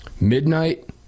Midnight